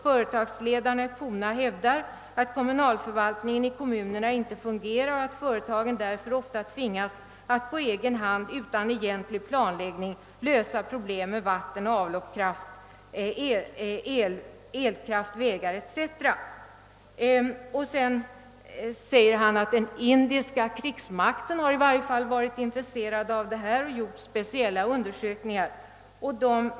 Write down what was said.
Företagsledarna i Poona hävdar, att kommunalförvaltningen i kommunerna inte fungerar och att företagen därför ofta tvingas att på egen hand, utan egentlig planläggning, lösa problem med vatten, avlopp, elkraft, vägar etc. Han säger vidare följande: Den indiska krigsmakten har i varje fall gjort speciella undersökningar i Poona.